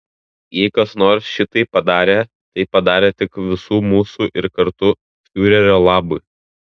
jei kas nors šitai padarė tai padarė tik visų mūsų ir kartu fiurerio labui